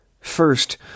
First